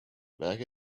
back